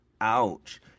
ouch